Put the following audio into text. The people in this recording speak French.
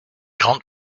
grandes